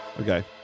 okay